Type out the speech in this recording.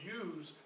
use